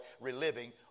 reliving